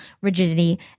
rigidity